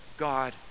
God